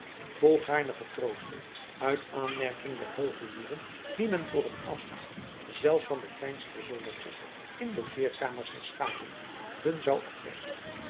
volgaarne getroosten uit aanmerking der hooge huren die men voor het afstaan zelfs van de kleinste zoldertjes in logeerkamers herschapen hun zou afpersen